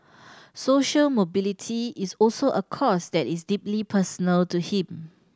social mobility is also a cause that is deeply personal to him